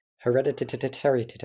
Hereditary